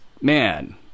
Man